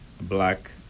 black